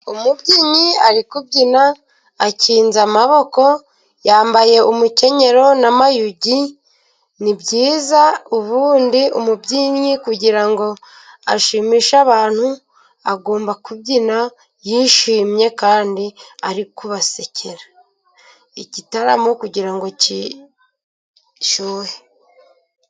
Umubyinnyi ari kubyina akinze amaboko, yambaye umukenyero n'amayugi, ni byiza ubundi umubyinnyi kugira ngo ashimishe abantu, agomba kubyina yishimye kandi ari kubasekera, igitaramo kugira ngo gishyuhe.